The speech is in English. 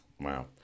Wow